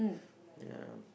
yeah